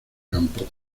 campo